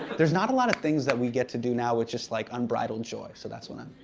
there's not a lot of things that we get to do now with just like, unbridled joy. so that's what i'm